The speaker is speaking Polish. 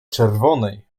czerwonej